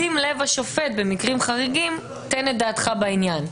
שים לב השופט במקרים חריגים תן דעתך בעניין.